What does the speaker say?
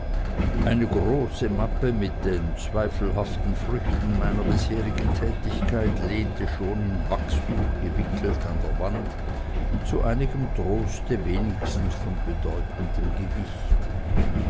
eine große mappe mit den zweifelhaften früchten meiner bisherigen tätigkeit lehnte schon in wachstuch gewickelt an der wand zu einigem troste wenigstens von bedeutendem gewicht